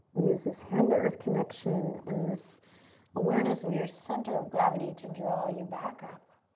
use this hand-to-earth connection and this awareness of your center of gravity to draw you back up.